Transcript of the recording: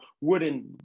wooden